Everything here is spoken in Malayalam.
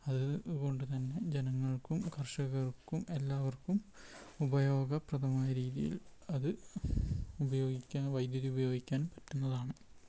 അതുകൊണ്ട് തന്നെ ജനങ്ങൾക്കും കർഷകർക്കും എല്ലാവർക്കും ഉപയോഗപ്രദമായ രീതിയിൽ അത് ഉപയോഗിക്കാൻ വൈദ്യുതി ഉപയോഗിക്കാൻ പറ്റുന്നതാണ്